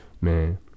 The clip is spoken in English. man